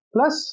Plus